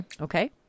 Okay